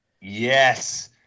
Yes